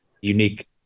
unique